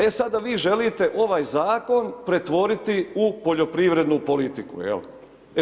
E sada vi želite ovaj Zakon pretvoriti u poljoprivrednu politiku, jel.